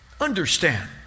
understand